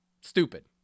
stupid